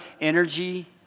energy